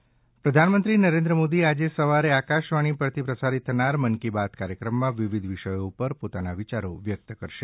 મન કી બાત પ્રધાનમંત્રી નરેન્દ્ર મોદી આજે સવારે આકાશવાણી પરથી પ્રસારિત થનાર મન કી બાત કાર્યક્રમમાં વિવિધ વિષયો ઉપર પોતાના વિયારો વ્યક્ત કરશે